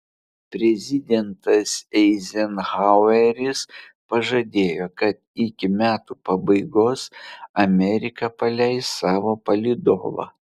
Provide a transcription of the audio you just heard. prezidentas eizenhaueris pažadėjo kad iki metų pabaigos amerika paleis savo palydovą